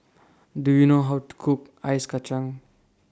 Do YOU know How to Cook Ice Kachang